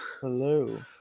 Hello